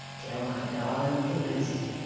tell my darling little lizzie,